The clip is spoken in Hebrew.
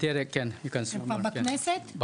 בדרך, הם כבר בכנסת.